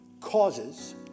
causes